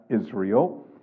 Israel